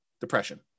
depression